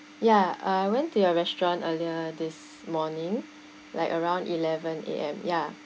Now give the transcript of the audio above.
ya I went to your restaurant earlier this morning like around eleven A_M ya